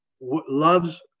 loves